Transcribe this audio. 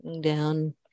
Down